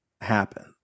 happen